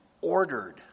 ordered